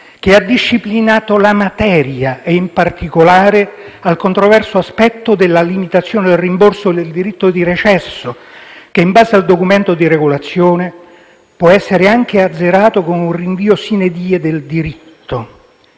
che ha disciplinato la materia e, in particolare, al controverso aspetto della limitazione del rimborso del diritto di recesso, che, in base al documento di regolazione, può essere anche azzerato con un rinvio *sine die* del diritto.